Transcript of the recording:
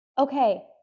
okay